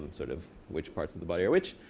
sort of which parts of the body are which.